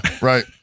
right